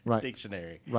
dictionary